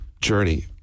journey